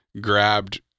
grabbed